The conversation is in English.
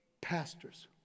Pastors